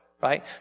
Right